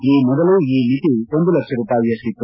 ಈ ಮೊದಲು ಈ ಮಿತಿ ಒಂದು ಲಕ್ಷ ರೂಪಾಯಿಯಷ್ಟಿತ್ತು